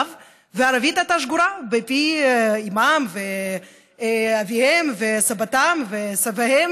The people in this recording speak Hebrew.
וערבית הייתה שגורה בפי אימם ואביהם וסבתם וסבם,